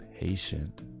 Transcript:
patient